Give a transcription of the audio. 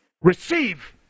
receive